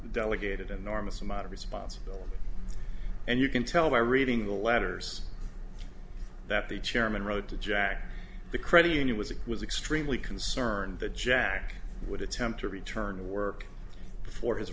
delegated enormous amount of responsibility and you can tell by reading the letters that the chairman rode to jack the credit union was it was extremely concerned that jack would attempt to return to work before his